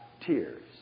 tears